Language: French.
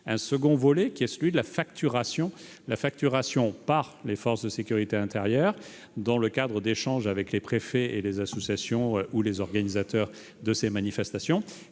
Le second sujet est celui de la facturation par l'État du coût de l'intervention des forces de sécurité intérieure, dans le cadre d'échanges avec les préfets et les associations ou les organisateurs de ces manifestations,